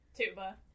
Tuba